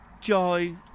joy